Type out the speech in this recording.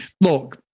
look